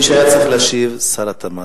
מי שהיה צריך להשיב זה שר התמ"ת.